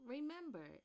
Remember